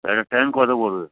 একটা ট্যাঙ্ক কত পড়বে